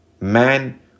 man